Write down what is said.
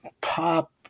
pop